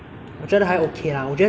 因为我只有两个考试